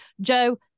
Joe